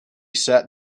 sat